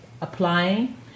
applying